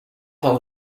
van